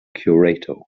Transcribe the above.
curator